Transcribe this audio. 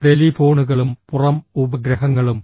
ടെലിഫോണുകളും പുറം ഉപഗ്രഹങ്ങളും